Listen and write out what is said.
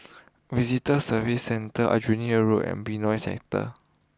Visitor Services Centre Aljunied Road and Benoi Sector